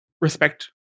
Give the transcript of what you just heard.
respect